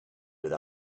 with